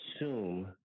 assume